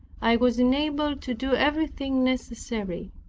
i was enabled to do everything necessary.